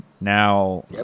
Now